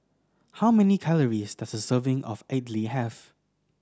how many calories does a serving of Idly have